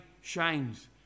shines